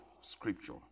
scripture